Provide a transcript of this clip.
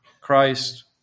Christ